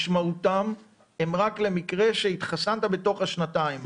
השנתיים משמעותם היא רק למקרה שהתחסנת בתוך השנתיים,